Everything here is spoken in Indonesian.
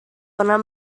pernah